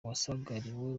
wasagariwe